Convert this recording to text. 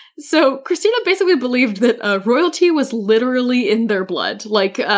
so kristina basically believed that ah royalty was literally in their blood, like,